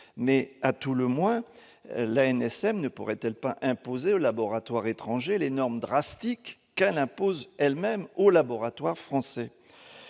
À tout le moins, l'ANSM ne pourrait-elle pas imposer aux laboratoires étrangers les normes drastiques qu'elle impose aux laboratoires français ?